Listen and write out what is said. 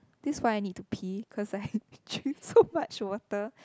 this why I need to pee because I have been chewing so much water